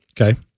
okay